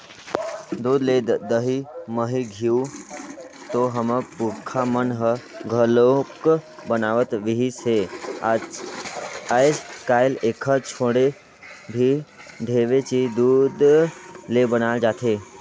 दूद ले दही, मही, घींव तो हमर पूरखा मन ह घलोक बनावत रिहिस हे, आयज कायल एखर छोड़े भी ढेरे चीज दूद ले बनाल जाथे